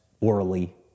orally